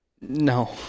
No